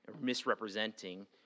misrepresenting